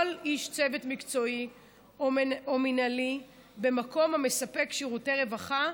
איש צוות מקצועי או מינהלי במקום המספק שירותי רווחה,